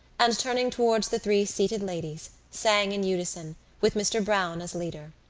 and turning towards the three seated ladies, sang in unison, with mr. browne as leader